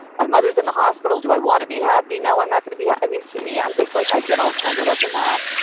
my mother is in the hospital. do i want to be happy? no, i'm not going to be yeah i mean, to me, i'm just like i get all tangled up in that,